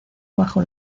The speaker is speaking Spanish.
bajo